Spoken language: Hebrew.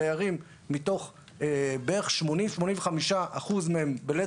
הדיירים בערך 85-80 אחוזים מהם בלית